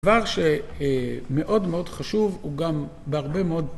דבר שמאוד מאוד חשוב, הוא גם בהרבה מאוד